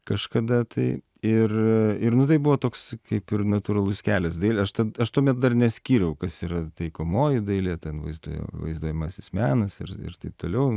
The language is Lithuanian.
kažkada tai ir ir nu tai buvo toks kaip ir natūralus kelias dailė aš tuomet dar neskyriau kas yra taikomoji dailė ten vaizduoja vaizduojamasis menas ir ir taip toliau